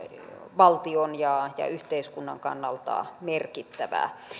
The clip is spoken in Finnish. valtion ja ja yhteiskunnan kannalta merkittävää